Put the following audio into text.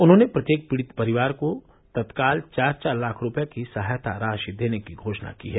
उन्होंने प्रत्येक पीड़ित परिवार को तत्काल चार चार लाख रूपये की सहायता राशि देने की घोषणा की है